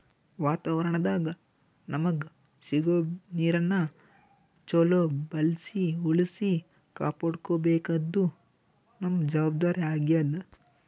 ವಾತಾವರಣದಾಗ್ ನಮಗ್ ಸಿಗೋ ನೀರನ್ನ ಚೊಲೋ ಬಳ್ಸಿ ಉಳ್ಸಿ ಕಾಪಾಡ್ಕೋಬೇಕಾದ್ದು ನಮ್ಮ್ ಜವಾಬ್ದಾರಿ ಆಗ್ಯಾದ್